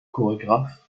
chorégraphe